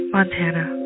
Montana